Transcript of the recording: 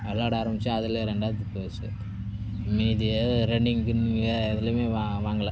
விளையாட ஆரம்பிச்சு அதில் ரெண்டாவது பிரைஸ் மீதி அது ரன்னிங் கின்னிங்யெலாம் எதிலையுமே வா வாங்கலை